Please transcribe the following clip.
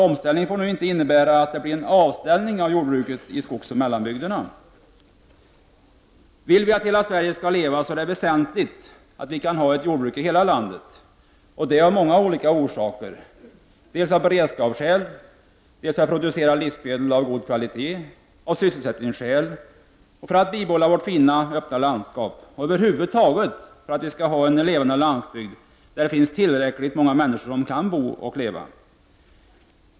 Omställningen får inte innebära att det blir en avveckling av jordbruket i skogsoch mellanbygderna. Vill vi att hela Sverige skall leva är det väsentligt att vi kan ha ett jordbruk i hela landet. Detta av många olika orsaker, dels av beredskapsskäl, dels för att producera livsmedel av kvalitet, dels av sysselsättningsskäl, dels för att bibehålla vårt fina, öppna landskap och över huvud taget för att vi skall ha en levande landsbygd, där det finns tillräckligt många människor som kan bo och leva.